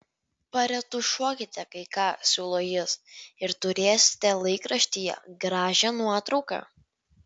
paretušuokite kai ką siūlo jis ir turėsite laikraštyje gražią nuotrauką